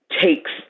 takes